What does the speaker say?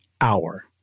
hour